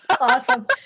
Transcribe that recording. awesome